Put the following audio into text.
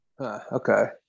Okay